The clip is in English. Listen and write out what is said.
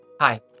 Hi